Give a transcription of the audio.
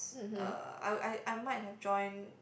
uh I I I might have join